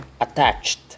attached